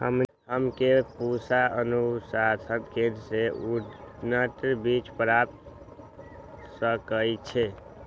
हमनी के पूसा अनुसंधान केंद्र से उन्नत बीज प्राप्त कर सकैछे?